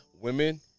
women